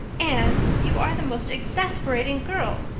anne, you are the most exasperating girl!